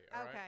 Okay